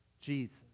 jesus